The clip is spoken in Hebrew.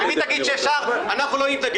אם היא תגיד שאפשר, אנחנו לא נתנגד.